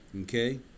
Okay